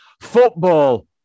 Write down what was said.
football